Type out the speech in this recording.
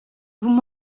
vous